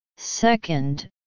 Second